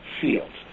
fields